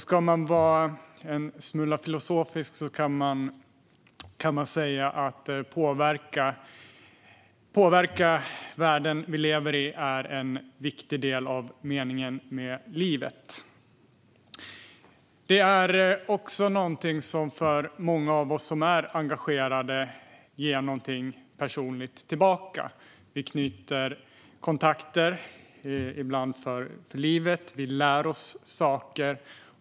Ska man vara en smula filosofisk kan man säga att det är en viktig del av meningen med livet att påverka världen vi lever i. Det är också någonting som, för många av oss som är engagerade, ger något personligt tillbaka. Vi knyter kontakter, ibland för livet. Och vi lär oss saker.